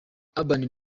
urban